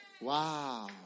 Wow